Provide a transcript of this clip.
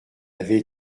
avait